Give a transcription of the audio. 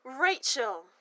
Rachel